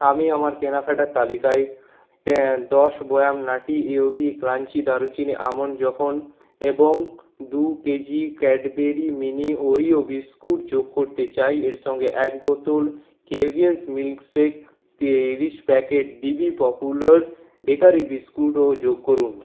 আমি আমার কেনাকাটার তালিকায় দশ বয়াম নাটি ইয়োগি ক্রাঞ্চি দারুচিনি আমন্ড মাখন এবং দুই kg Cadbury mini Oreo biscuit যোগ করতে চাই এর সঙ্গে এক বোতল কেভিন্স মিল্কশেক তিরিশ প্যাকেট বিবি পপুলার বেকারি বিস্কুটও যোগ করুন